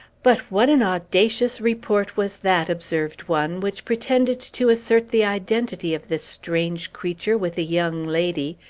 but what an audacious report was that, observed one, which pretended to assert the identity of this strange creature with a young lady,